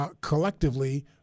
collectively